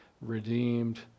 redeemed